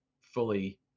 fully